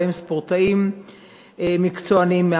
בהם ספורטאים מקצוענים,